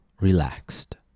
relaxed